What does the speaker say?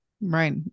Right